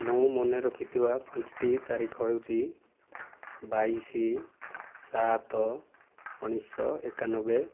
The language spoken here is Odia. ମୁଁ ମନେରଖିଥିବା ପାଞ୍ଚଟି ତାରିଖ ହେଉଛି ବାଇଶ ସାତ ଉଣେଇଶଶହ ଏକାନବେ